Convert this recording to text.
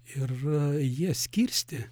ir jie skirstė